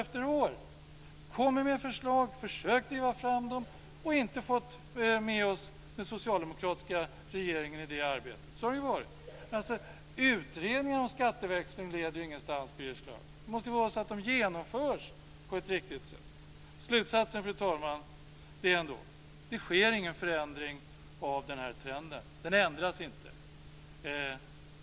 Vi har kommit med förslag, vi har försökt att driva fram dem, men vi har inte fått med oss den socialdemokratiska regeringen i detta arbete. Så har det varit. Utredningar om skatteväxling leder ju ingenstans, Birger Schlaug. De måste ju genomföras på ett riktigt sätt. Slutsatsen, fru talman, är ändå: Det sker ingen förändring av denna trend. Den ändras inte.